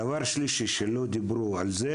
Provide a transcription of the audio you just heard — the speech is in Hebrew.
דבר שלישי שלא דיברו עליו,